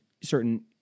certain